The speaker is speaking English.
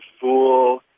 fool